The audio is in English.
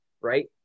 right